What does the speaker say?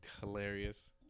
Hilarious